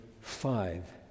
five